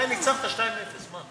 די, ניצחת, 2:0, מה?